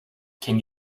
can